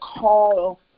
call